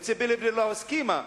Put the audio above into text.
אם ציפי לבני לא הסכימה